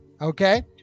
okay